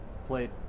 played